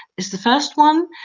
is the first one.